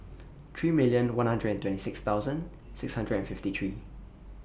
three million one hundred and twenty six thousand six hundred and fifty three